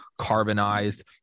carbonized